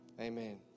amen